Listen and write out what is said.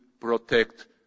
protect